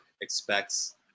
expects